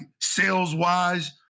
sales-wise